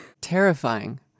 Terrifying